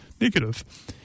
negative